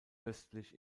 östlich